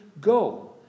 go